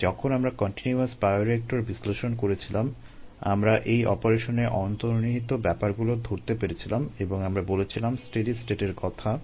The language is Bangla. তাই যখন আমরা কন্টিনিউয়াস বায়োরিয়েক্টর বিশ্লেষণ করেছিলাম আমরা এই অপারেশনে অর্থনিহিত ব্যাপারগুলো ধরতে পেরেছিলাম এবং আমরা বলেছিলাম স্টেডি স্টেটের কথা